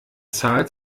zahl